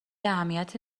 اهمیتی